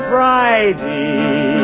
Friday